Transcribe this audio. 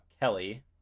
kelly